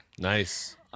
Nice